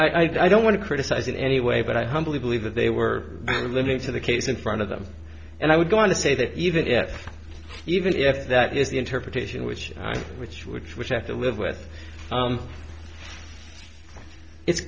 yeah i don't want to criticize in any way but i humbly believe that they were listening to the case in front of them and i would go on to say that even if even if that is the interpretation which which which which i have to live with it's